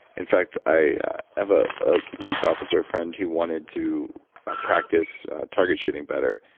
in fact, i have a ah police officer friend who wanted to practice target shooting better.